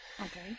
Okay